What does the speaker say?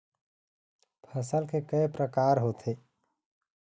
फसल के कय प्रकार होथे?